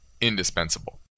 indispensable